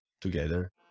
together